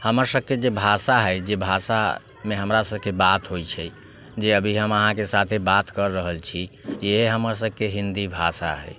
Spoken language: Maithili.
हमर सबके जे भाषा हइ जे भाषामे हमरासबके बात होइ छै जे अभी हम अहाँके साथे बात करि रहल छी इएह हमर सबके हिन्दी भाषा हइ